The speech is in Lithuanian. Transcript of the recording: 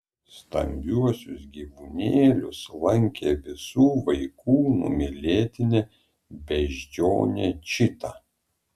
stambiuosius gyvūnėlius lankė visų vaikų numylėtinė beždžionė čita